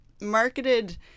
marketed